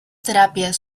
terapias